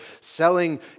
selling